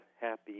happy